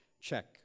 check